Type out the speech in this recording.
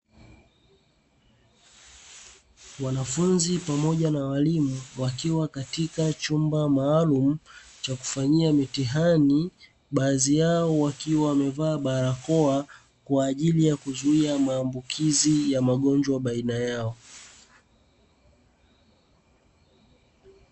Wanafunzi pamoja na walimu wakiwa katika chumba maalumu cha kufanyia mitihani, baadhi yao wakiwa wamevaa barakoa kwa ajili ya kuzuia maambukizi ya magonjwa baina yao.